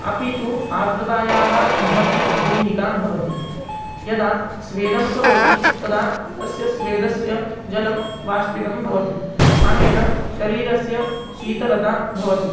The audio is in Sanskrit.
अपि तु आद्रतायाः महति भूमिका भवति यदा स्वेदं करोति तदा तस्य स्वेदस्य जलं बाष्पितं भवति अनेन शरीरस्य शीतलता भवति